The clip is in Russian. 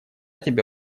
тебя